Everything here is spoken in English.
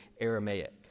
Aramaic